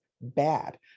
bad